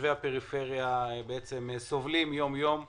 שתושבי הפריפריה סובלים יום יום מזה.